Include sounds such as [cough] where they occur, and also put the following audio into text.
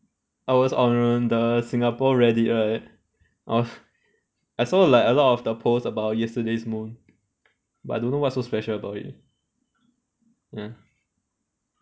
I was on the singapore reddit right [laughs] I saw like a lot of the post about yesterday's moon but I don't know what's so special about it ya